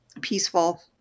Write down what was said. peaceful